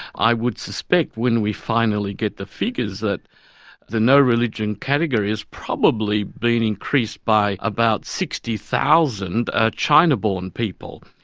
i would suspect when we finally get the figures that the no-religion category has probably been increased by about sixty thousand ah china-born people,